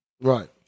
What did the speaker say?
Right